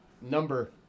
Number